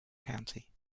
county